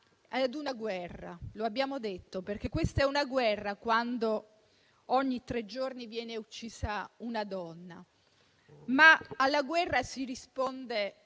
a una guerra. Lo abbiamo detto perché è una guerra quando ogni tre giorni viene uccisa una donna. Ma alla guerra si risponde